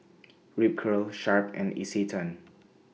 Ripcurl Sharp and Isetan